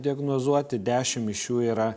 diagnozuoti dešimt iš jų yra